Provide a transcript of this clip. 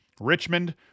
Richmond